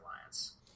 Alliance